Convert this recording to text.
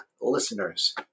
listeners